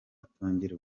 atazongera